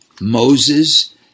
Moses